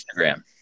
Instagram